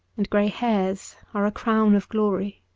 and grey hairs are a crown of glory.